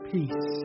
Peace